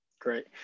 Great